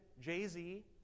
Jay-Z